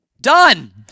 Done